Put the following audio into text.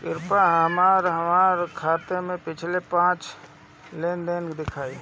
कृपया हमरा हमार खाते से पिछले पांच लेन देन दिखाइ